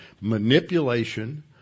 Manipulation